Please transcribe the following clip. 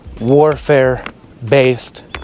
warfare-based